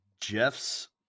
Jeff's